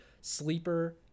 sleeper